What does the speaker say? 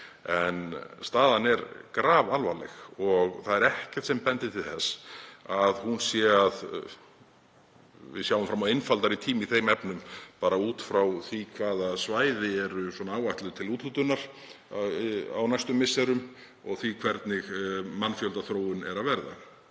En staðan er grafalvarleg og ekkert bendir til þess að við sjáum fram á einfaldari tíma í þeim efnum, bara út frá því hvaða svæði eru áætluð til úthlutunar á næstu misserum og því hvernig mannfjöldaþróunin er að verða.